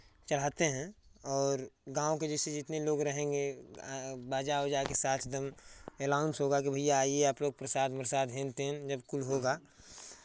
चढ़ाते हैं और गाँव के जैसे जितने लोग रहेंगे आ बाजा उजा के साथ एकदम एलाउंस होगा कि भैया आइए आप लोग प्रसाद उरसाद हेन टेन जब कुल होगा